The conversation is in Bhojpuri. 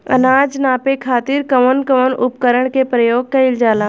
अनाज नापे खातीर कउन कउन उपकरण के प्रयोग कइल जाला?